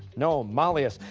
no, malleus.